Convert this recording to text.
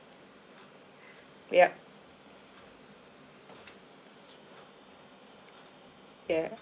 yup ya